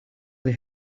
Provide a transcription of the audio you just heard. they